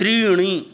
त्रीणि